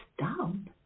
down